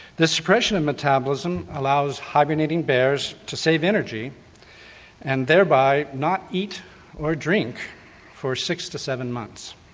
this suppression of metabolism allows hibernating bears to save energy and thereby not eat or drink for six to seven months.